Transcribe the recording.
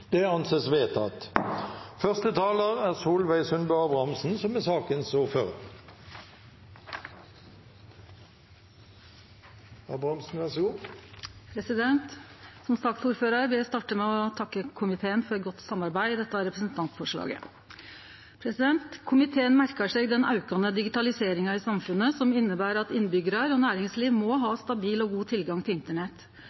Som saksordførar vil eg starte med å takke komiteen for eit godt samarbeid om dette representantforslaget. Komiteen merkar seg den aukande digitaliseringa i samfunnet, som inneber at innbyggjarar og næringsliv må